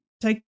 take